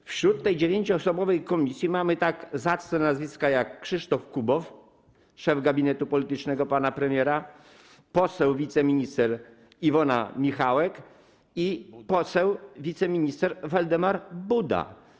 I w tej 9-osobowej komisji są tak zacne nazwiska jak Krzysztof Kubów, szef gabinetu politycznego pana premiera, poseł i wiceminister Iwona Michałek oraz poseł i wiceminister Waldemar Buda.